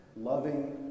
loving